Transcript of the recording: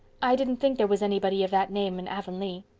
i didn't think there was anybody of that name in avonlea.